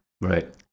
Right